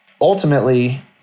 ultimately